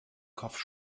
kopf